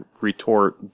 retort